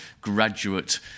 graduate